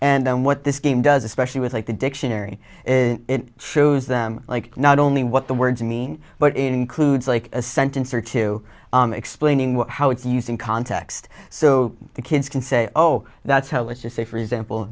and what this game does especially with like the dictionary it shows them like not only what the words mean but includes like a sentence or two explaining what how it's used in context so the kids can say oh that's how let's just say for example